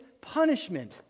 punishment